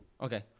Okay